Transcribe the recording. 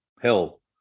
hell